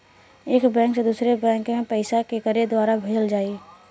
एक बैंक से दूसरे बैंक मे पैसा केकरे द्वारा भेजल जाई?